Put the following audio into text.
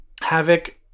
Havoc